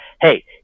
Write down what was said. hey